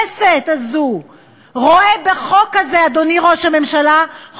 צייץ: הדחתו של חבר הפרלמנט המצרי מאפשרת לנו להביט